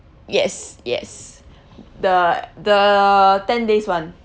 yes yes the the ten days [one]